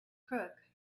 crook